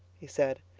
he said.